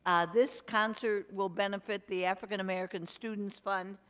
this concert will benefit the african-american students fund,